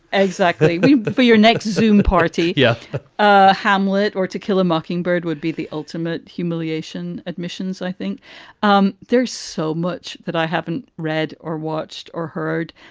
exactly for your next zouma party. yeah, but ah hamlet or to kill a mockingbird would be the ultimate humiliation admissions. i think um there's so much that i haven't read or watched or heard.